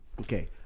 Okay